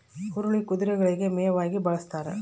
ಹುರುಳಿ ಕುದುರೆಗಳಿಗೆ ಮೇವಾಗಿ ಬಳಸ್ತಾರ